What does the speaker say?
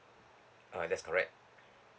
uh that's correct